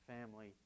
family